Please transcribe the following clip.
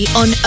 on